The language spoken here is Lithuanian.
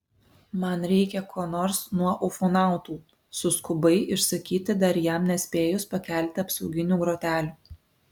man reikia ko nors nuo ufonautų suskubai išsakyti dar jam nespėjus pakelti apsauginių grotelių